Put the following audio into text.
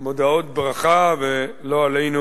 מודעות ברכה, ולא עלינו,